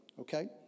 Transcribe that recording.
okay